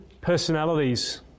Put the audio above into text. personalities